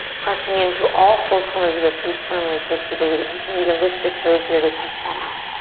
pressing into all four corners of the feet firmly for stability. you can even lift the toes here to test that out.